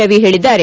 ರವಿ ಹೇಳಿದ್ದಾರೆ